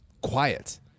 quiet